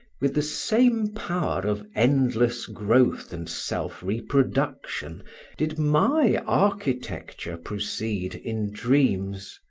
with the same power of endless growth and self reproduction did my architecture proceed in dreams.